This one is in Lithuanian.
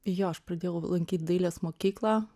jo aš pradėjau lankyt dailės mokyklą